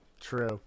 True